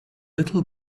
little